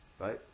right